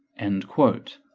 end quote.